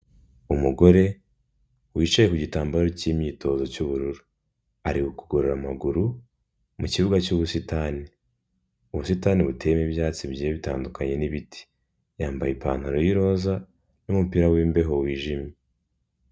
Umugore, wicaye ku gitambaro k'imyitozo cy'ubururu. Ari kugorora amaguru, mu kibuga cy'ubusitani. Ubusitani buteyemo ibyatsi bigiye bitandukanye n'ibiti. Yambaye ipantaro y'iroza ,n'umupira w'imbeho wijimye.